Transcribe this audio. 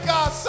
God